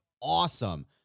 awesome